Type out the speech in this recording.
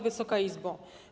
Wysoka Izbo!